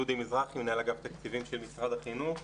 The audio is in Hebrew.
דודי מזרחי, מנהל אגף תקציבים של משרד החינוך.